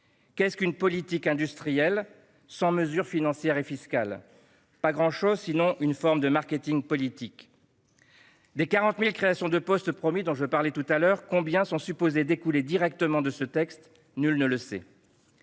Qu'est-ce qu'une politique industrielle sans mesures financières et fiscales ? Pas grand-chose, sinon une forme de marketing politique ! Parmi les 40 000 créations de postes promises que j'évoquais tout à l'heure, combien sont supposées découler directement de ce texte ? Nul ne le sait.